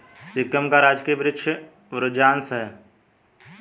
सिक्किम का राजकीय वृक्ष बुरांश है